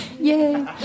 Yay